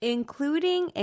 Including